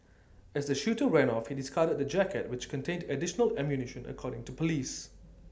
as the shooter ran off he discarded the jacket which contained additional ammunition according to Police